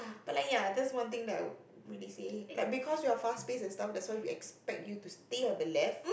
but like ya that's one thing that I would really say like because we're fast paced and stuff that's why we expect you to stay on the left